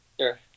Sure